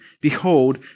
behold